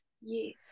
Yes